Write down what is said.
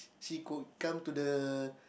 she could come to the